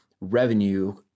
revenue